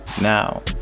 now